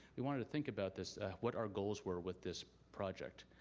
we wanted to think about this, what our goals were with this project.